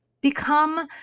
Become